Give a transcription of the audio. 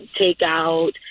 takeout